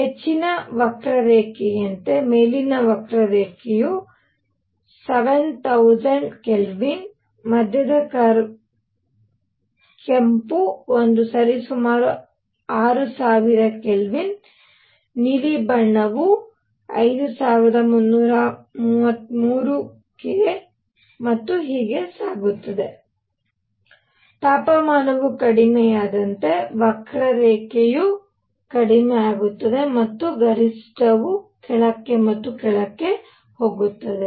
ಹೆಚ್ಚಿನ ವಕ್ರರೇಖೆಯಂತೆ ಮೇಲಿನ ವಕ್ರರೇಖೆಯು 7000 k ಮಧ್ಯದ ಕರ್ವ್ ಕೆಂಪು ಒಂದು ಸರಿಸುಮಾರು 6000 k ನೀಲಿ ಬಣ್ಣವು 5333 k ಮತ್ತು ಹೀಗೆ ಸಾಗುತ್ತದೆ ತಾಪಮಾನವು ಕಡಿಮೆಯಾದಂತೆ ವಕ್ರರೇಖೆಯು ಕಡಿಮೆ ಆಗುತ್ತದೆ ಮತ್ತು ಗರಿಷ್ಠವು ಕೆಳಕ್ಕೆ ಮತ್ತು ಕೆಳಕ್ಕೆ ಹೋಗುತ್ತದೆ